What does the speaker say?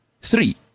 Three